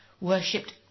worshipped